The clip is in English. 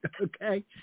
okay